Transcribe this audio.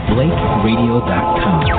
BlakeRadio.com